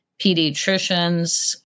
Pediatricians